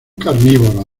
carnívoros